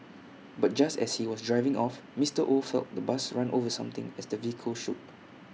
but just as he was driving off Mister oh felt the bus run over something as the vehicle shook